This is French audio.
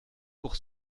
pour